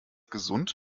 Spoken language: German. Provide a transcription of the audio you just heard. gesund